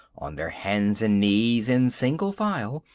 on their hands and knees in single file,